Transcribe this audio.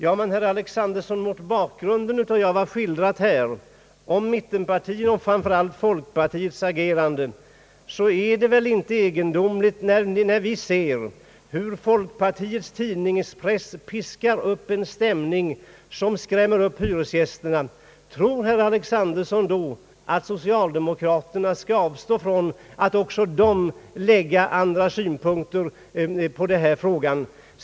Ja, herr Alexanderson, men mot bakgrunden av vad jag skildrat här om mittenpartiernas och framför allt folkpartiets agerande, när vi ser hur folkpartiets tidningspress piskar upp en stämning som skrämmer upp hyresgästerna, tror herr Alexanderson då att socialdemokraterna skall avstå från att lägga andra synpunkter på denna fråga?